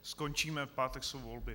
Skončíme, v pátek jsou volby.